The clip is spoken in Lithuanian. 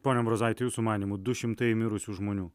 pone ambrozaiti jūsų manymu du šimtai mirusių žmonių